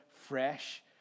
fresh